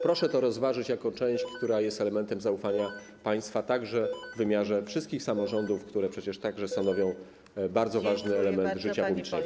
Proszę to rozważyć jako część, która jest elementem zaufania państwa także w wymiarze wszystkich samorządów, które przecież także stanowią bardzo ważny element życia publicznego.